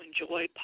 enjoy